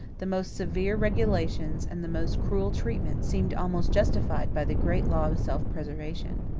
the most severe regulations, and the most cruel treatment, seemed almost justified by the great law of self-preservation.